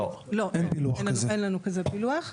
לא, אין לנו כזה פילוח.